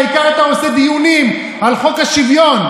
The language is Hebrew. העיקר אתה עושה דיונים על חוק השוויון.